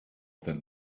that